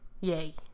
Yay